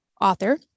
author